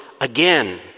again